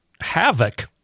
havoc